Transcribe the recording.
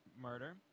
murder